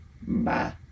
Bye